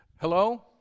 Hello